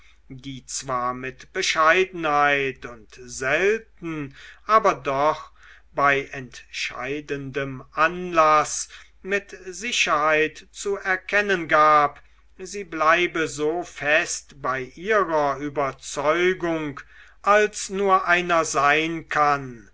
die zwar mit bescheidenheit und selten aber doch bei entscheidendem anlaß mit sicherheit zu erkennen gab sie bleibe so fest bei ihrer überzeugung als nur einer sein kann